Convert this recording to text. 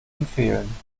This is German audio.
empfehlen